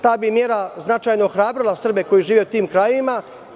Ta mera bi značajno ohrabrila Srbe koji žive u tim krajevima.